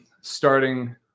starting